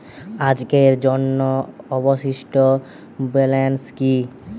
আজকের জন্য অবশিষ্ট ব্যালেন্স কি?